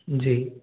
जी